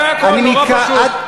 זה הכול, נורא פשוט.